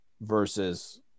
versus